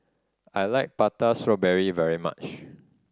I like Prata Strawberry very much